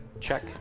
check